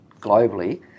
globally